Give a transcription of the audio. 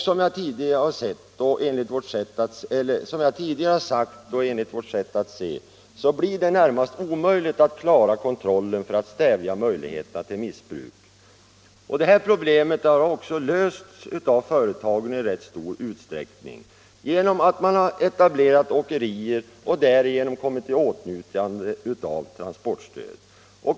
Som jag tidigare sagt och enligt vårt sätt att se blir det i det närmaste omöjligt att klara kontrollen för att stävja möjligheterna till missbruk. Det här problemet har av företagen i rätt stor utsträckning lösts genom att man etablerat åkerier och därigenom kommit i åtnjutande av transportstöd.